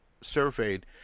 surveyed